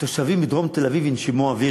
התושבים בדרום תל-אביב ינשמו אוויר,